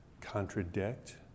contradict